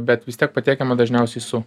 bet vis tiek patiekiama dažniausiai su